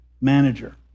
manager